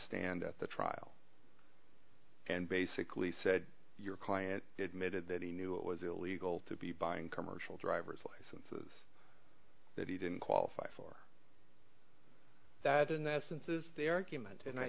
stand at the trial and basically said your client admitted that he knew it was illegal to be buying commercial driver's license that he didn't qualify for that in essence is the argument and i